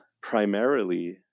primarily